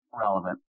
relevant